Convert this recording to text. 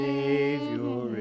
Savior